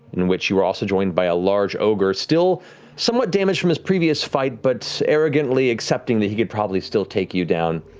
in which you were also joined by a large ogre, still somewhat damaged from his previous fight, but so arrogantly accepting that he could probably still take you down,